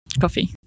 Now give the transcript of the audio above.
Coffee